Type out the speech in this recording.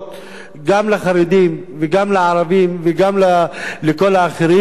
גם לחרדים וגם לערבים וגם לכל האחרים,